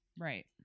Right